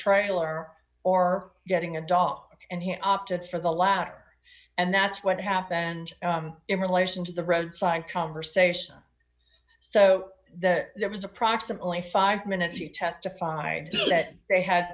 trailer or getting a dog and he opted for the latter and that's what happened in relation to the roadside conversation so there was approximately five minutes he testified that they had